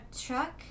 truck